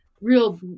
real